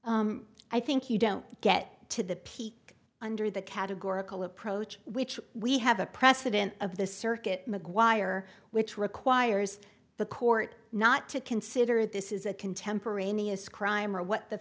is i think you don't get to the peak under the categorical approach which we have a precedent of the circuit mcguire which requires the court not to consider this is a contemporaneous crime or what the